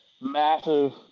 massive